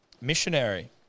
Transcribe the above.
missionary